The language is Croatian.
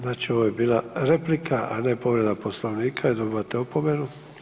Znači ovo je bila replika, a ne povreda Poslovnika i dobivate opomenu.